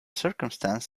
circumstance